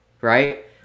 right